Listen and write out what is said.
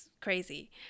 crazy